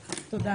תודה.